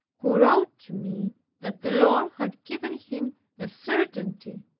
who wrote to me that the lord had given him a certainty,